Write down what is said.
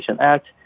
Act